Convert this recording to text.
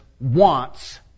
wants